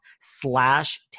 slash